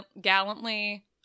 gallantly